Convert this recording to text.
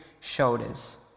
shoulders